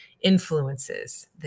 influences